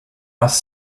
raz